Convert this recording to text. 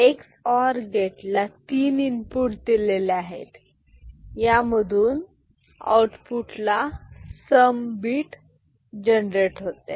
x or गेटला तीन input दिले आहेत यामधून आउटपुटला सम बीट जनरेट होते